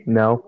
no